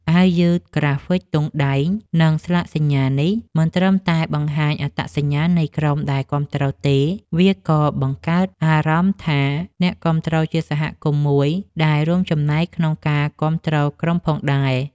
អាវយឺត ក្រាហ្វិកទង់ដែង និងស្លាកសញ្ញានេះ មិនត្រឹមតែបង្ហាញអត្តសញ្ញាណនៃក្រុមដែលគាំទ្រ ទេ វាក៏បង្កើតអារម្មណ៍ថាអ្នកគាំទ្រជាសហគមន៍មួយដែលរួមចំណែកក្នុងការគាំទ្រក្រុមផងដែរ។